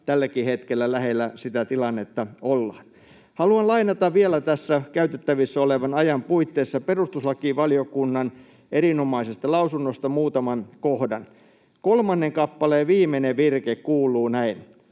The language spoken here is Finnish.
Tälläkin hetkellä lähellä sitä tilannetta ollaan. Haluan lainata vielä tässä käytettävissä olevan ajan puitteissa perustuslakivaliokunnan erinomaisesta lausunnosta muutaman kohdan. Kolmannen kappaleen viimeinen virke kuuluu näin: